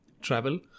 Travel